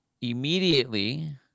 immediately